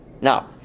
Now